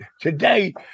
today